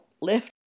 lift